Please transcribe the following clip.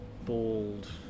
Bald